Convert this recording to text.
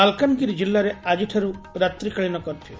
ମାଲକାନଗିରି ଜିଲ୍ଲାରେ ଆଜିଠାରୁ ରାତ୍ରିକାଳୀନ କର୍ପ୍ୟ